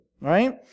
Right